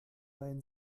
dein